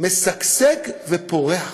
משגשג ופורח.